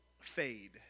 fade